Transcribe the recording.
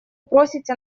просите